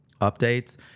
updates